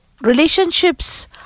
relationships